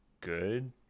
good